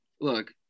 Look